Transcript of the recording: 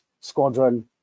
squadron